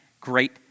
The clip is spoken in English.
great